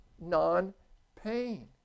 non-pain